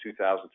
2000